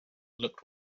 looked